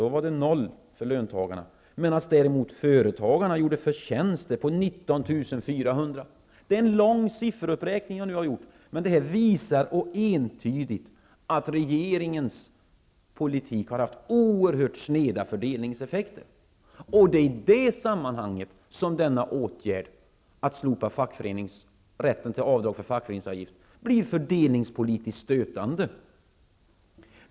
var resultatet noll för löntagarna, medan företagarna gjorde förtjänster på 19 400 kr. Det är en lång sifferuppräkning jag nu har gjort, men den visar entydigt att regeringens politik har haft oerhört sneda fördelningseffekter. Det är i det sammanhanget som åtgärden att slopa rätten för avdrag för fackföreningsavgift blir fördelningspolitiskt stötande.